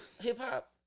hip-hop